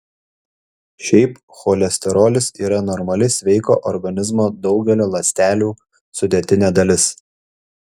šiaip cholesterolis yra normali sveiko organizmo daugelio ląstelių sudėtinė dalis